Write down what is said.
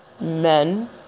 men